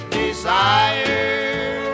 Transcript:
desire